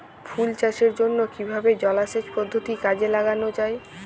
ফুল চাষের জন্য কিভাবে জলাসেচ পদ্ধতি কাজে লাগানো যাই?